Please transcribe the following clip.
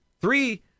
Three